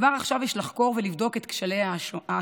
כבר עכשיו יש לחקור ולבדוק את כשלי האסון.